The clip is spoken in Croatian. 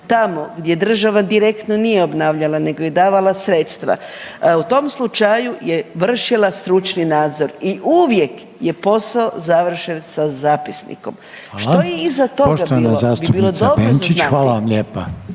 Tamo gdje država direktno nije obnavljala nego je davala sredstva, u tom slučaju je vršila stručni nadzor i uvijek je posao završen sa zapisnikom. Što je iza toga bilo bi bilo dobro za znati. **Reiner,